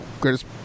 greatest